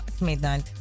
midnight